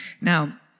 Now